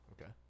Okay